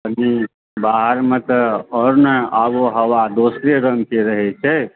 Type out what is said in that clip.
कनी बाहरमे तऽ आओर ने आबोहवा दोसरे रङ्गके रहै छै